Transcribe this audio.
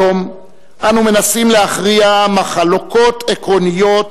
היום אנו מנסים להכריע מחלוקות עקרוניות